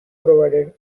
provided